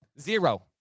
Zero